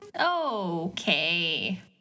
Okay